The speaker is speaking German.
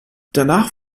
danach